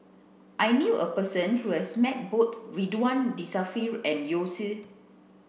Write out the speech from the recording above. I knew a person who has met both Ridzwan Dzafir and Yao Zi